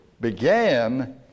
began